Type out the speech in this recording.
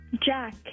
Jack